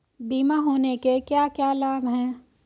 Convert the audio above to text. बीमा होने के क्या क्या लाभ हैं?